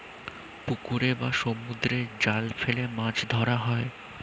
পুকুরে বা সমুদ্রে জাল ফেলে মাছ ধরা হয়